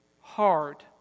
hard